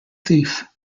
thief